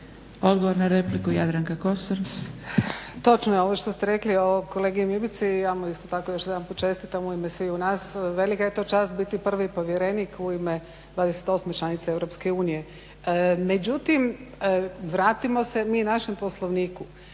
Odgovor na repliku Jadranka Kosor.